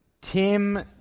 Tim